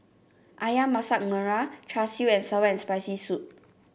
ayam Masak Merah Char Siu and sour and Spicy Soup